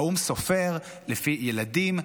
האו"ם סופר לפי ילדים,